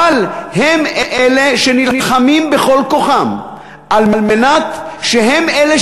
אבל הם אלה שנלחמים בכל כוחם על מנת שהם אלה